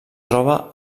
troba